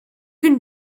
can